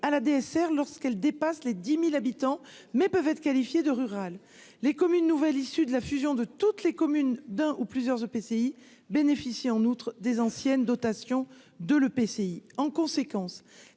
la DSR lorsqu'elle dépasse les 10000 habitants, mais peuvent être qualifiés de rural, les communes nouvelles issues de la fusion de toutes les communes d'un ou plusieurs EPCI bénéficier en outre des anciennes dotations de l'EPCI en conséquence